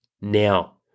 now